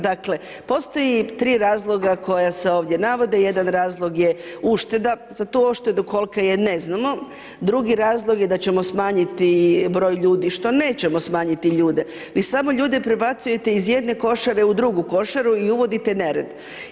Dakle, postoje tri razloga koja se ovdje navode, jedan razlog je ušteda, za tu uštedu kolika je ne znamo, drugi razlog je da ćemo smanjiti broj ljudi što nećemo smanjiti ljude, vi samo ljude prebacujete iz jedne košare u drugu košaru i uvodite nered.